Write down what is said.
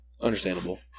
Understandable